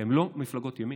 הן לא מפלגות ימין.